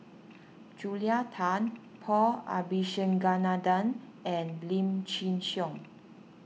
Julia Tan Paul Abisheganaden and Lim Chin Siong